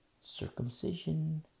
Circumcision